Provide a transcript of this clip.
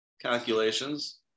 calculations